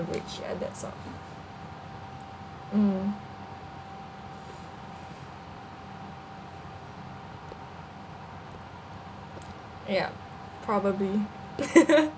coverage ya that's all mm yup probably